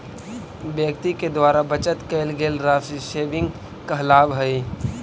व्यक्ति के द्वारा बचत कैल गेल राशि सेविंग कहलावऽ हई